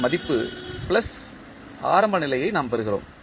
ன் மதிப்பு பிளஸ் ஆரம்ப நிலையை நாம் பெறுகிறோம்